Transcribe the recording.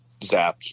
zapped